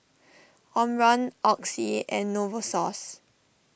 Omron Oxy and Novosource